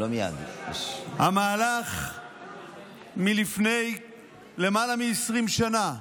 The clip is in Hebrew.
המהלך מלפני למעלה מ-20 שנה,